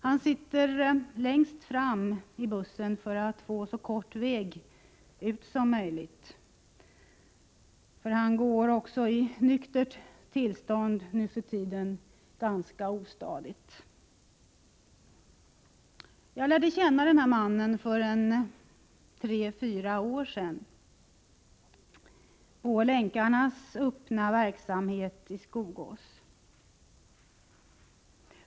Han sitter längst fram för att få så kort väg ut som möjligt, för han går också i nyktert tillstånd nu för tiden ganska ostadigt. Jag lärde känna denne man för tre fyra år sedan på Länkarnas öppna verksamhet i Skogås.